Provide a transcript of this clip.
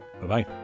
Bye-bye